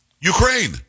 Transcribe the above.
Ukraine